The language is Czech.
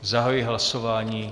Zahajuji hlasování.